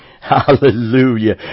Hallelujah